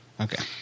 Okay